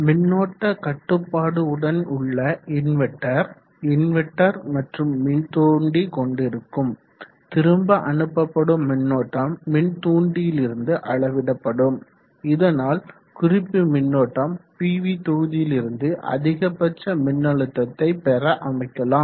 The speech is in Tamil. மின்னோட்ட கட்டுப்பாடு உடன் உள்ள இன்வெர்ட்டர் இன்வெர்ட்டர் மற்றும் மின்தூண்டி கொண்டிருக்கும் திரும்ப அனுப்பப்படும் மின்னோட்டம் மின்தூண்டியிலிருந்து அளவிடப்படும் இதனால் குறிப்பி மின்னோட்டம் பிவி தொகுதியிலிருந்து அதிகபட்ச மின்னழுத்தத்தை பெற அமைக்கலாம்